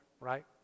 right